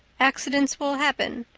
accidents will happen.